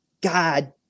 God